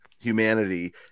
humanity